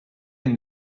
been